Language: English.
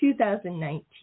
2019